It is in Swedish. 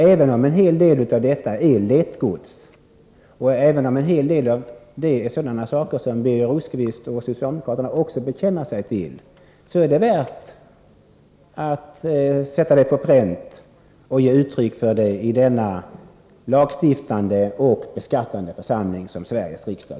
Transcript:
Även om en hel del av detta är lättgods, och även om en hel del är sådana saker som Birger Rosqvist och socialdemokraterna också bekänner sig till, så är det värt att sätta det på pränt och ge uttryck för det i denna lagstiftande och beskattande församling, Sveriges riksdag.